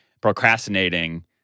procrastinating